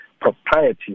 propriety